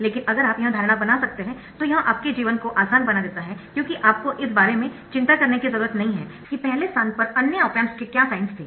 लेकिन अगर आप यह धारणा बना सकते है तो यह आपके जीवन को आसान बना देता है क्योंकि आपको इस बारे में चिंता करने की ज़रूरत नहीं है कि पहले स्थान पर अन्य ऑप एम्प्स के क्या साइन्स थे